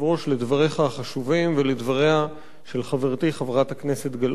לדבריך החשובים ולדבריה של חברתי חברת הכנסת גלאון.